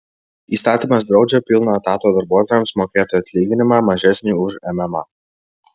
įstatymas draudžia pilno etato darbuotojams mokėti atlyginimą mažesnį už mma